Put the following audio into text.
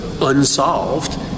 unsolved